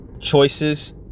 choices